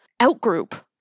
outgroup